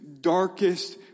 darkest